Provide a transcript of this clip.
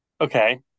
okay